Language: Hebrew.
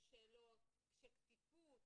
יש שאלות של כפיפות,